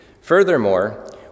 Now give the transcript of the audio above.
Furthermore